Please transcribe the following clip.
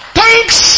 thanks